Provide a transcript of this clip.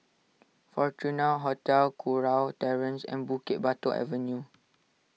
Fortuna Hotel Kurau Terrace and Bukit Batok Avenue